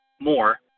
more